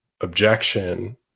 objection